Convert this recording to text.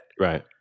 Right